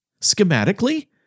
schematically